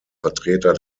vertreter